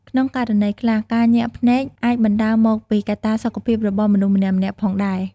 ក្នុងករណីខ្លះ ការញាក់ភ្នែកអាចបណ្ដាលមកពីកត្តាសុខភាពរបស់មនុស្សម្នាក់ៗផងដែរ។